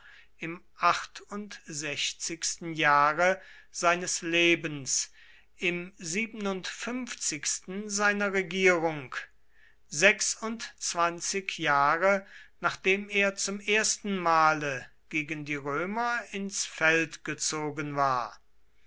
im achtundsechzigsten jahre seines lebens im siebenundfünfzigsten seiner regierung sechsundzwanzig jahre nachdem er zum ersten male gegen die römer ins feld gezogen war